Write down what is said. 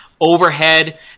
overhead